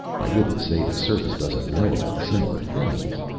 i wouldn't say the service doesn't know about similar things,